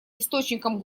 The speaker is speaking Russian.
источником